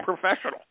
professional